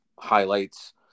highlights